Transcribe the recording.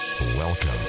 Welcome